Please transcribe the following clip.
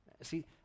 See